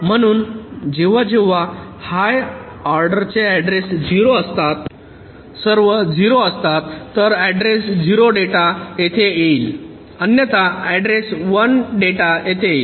म्हणून जेव्हा जेव्हा हाय ऑर्डरचे ऍड्रेस 0 असतात सर्व 0 असतात तर ऍड्रेस 0 डेटा येथे येईल अन्यथा ऍड्रेस 1 डेटा येथे येईल